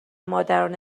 مادران